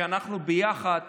שאנחנו ביחד